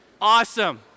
Awesome